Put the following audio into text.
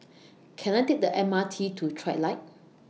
Can I Take The M R T to Trilight